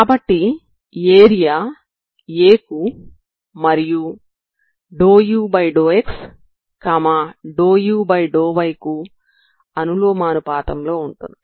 కాబట్టి area A కు మరియు ∂u∂x∂u∂y కు అనులోమానుపాతంలో ఉంటుంది